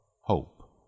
hope